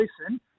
listen